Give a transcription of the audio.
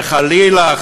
שחלילה,